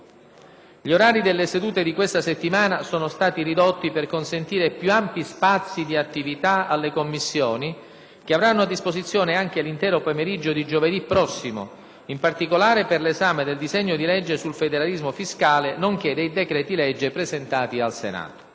Gli orari delle sedute di questa settimana sono stati ridotti per consentire più ampi spazi di attività alle Commissioni, che avranno a disposizione anche 1'intero pomeriggio di giovedì prossimo, in particolare per l'esame del disegno di legge sul federalismo fiscale, nonché dei decreti-legge presentati al Senato.